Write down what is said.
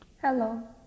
Hello